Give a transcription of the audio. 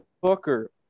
Booker